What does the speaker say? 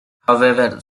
however